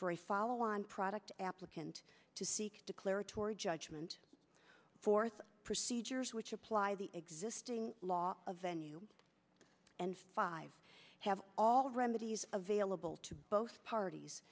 a follow on product applicant to seek declaratory judgment fourth procedures which apply the existing law of venue and five have all remedies available to both parties